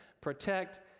protect